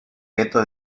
gueto